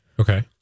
Okay